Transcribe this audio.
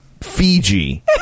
Fiji